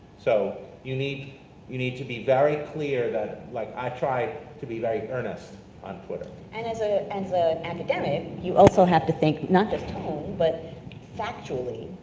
so you need you need to be very clear that like, i try to be very earnest on twitter. and as ah and so an academic, you also have to think not just tone, but factually.